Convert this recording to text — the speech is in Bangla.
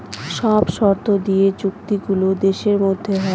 সব শর্ত দিয়ে চুক্তি গুলো দেশের মধ্যে হয়